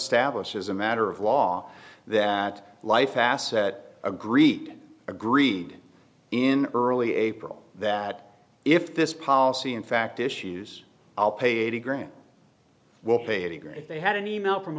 status as a matter of law that life asset agreed agreed in early april that if this policy in fact issues i'll pay green will pay great if they had an email from